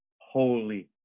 holy